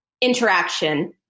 interaction